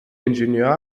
ingenieur